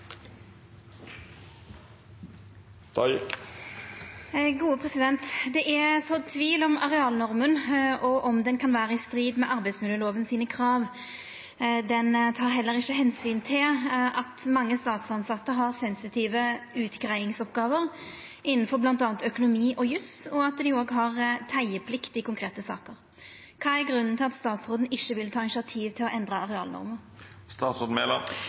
er sådd tvil om arealnorma og om ho kan vere i strid med arbeidsmiljøloven sine krav. Ho tek heller ikkje omsyn til at mange statstilsette har sensitive utgreiingsoppgåver, innanfor mellom anna økonomi og jus, og at dei har teieplikt i konkrete saker. Kvifor vil statsråden ikkje ta initiativ til å